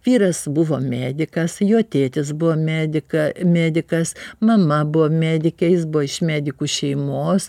vyras buvo medikas jo tėtis buvo mediką medikas mama buvo medikė jis buvo iš medikų šeimos